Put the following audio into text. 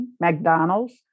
McDonald's